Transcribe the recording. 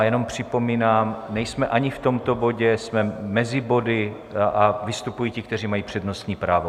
Jenom připomínám, že nejsme ani v tomto bodě, jsme mezi body a vystupují ti, kteří mají přednostní právo.